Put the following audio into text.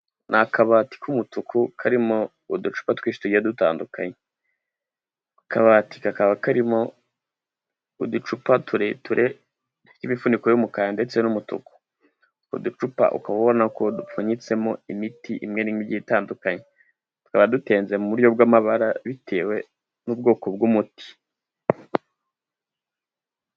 Ni akabati k'umutuku karimo uducupa twinshi tujyiye dutandukanye. Akabati kakaba karimo uducupa tureture dufite imifuniko y'umukara ndetse n'umutuku. Uducupa ukaba ubona ko dupfunyitsemo imiti imwe n'imwe igiye itandukanye. Tukaba dutenze mu buryo bw'amabara, bitewe n'ubwoko bw'umuti.